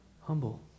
humble